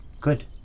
Good